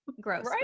Gross